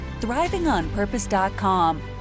thrivingonpurpose.com